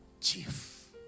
chief